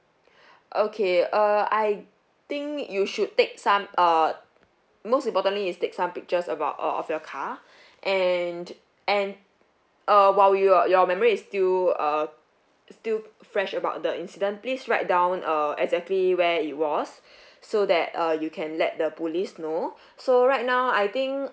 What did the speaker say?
okay uh I think you should take some uh most importantly is take some pictures about uh of your car and and err while you're your memory is still uh still fresh about the incident please write down uh exactly where it was so that uh you can let the police know so right now I think